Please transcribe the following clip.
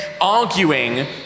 arguing